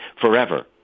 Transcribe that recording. forever